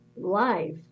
life